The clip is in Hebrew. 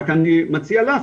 רק אני מציע לך,